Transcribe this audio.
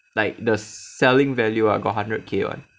like the selling value lah got hundred K [one]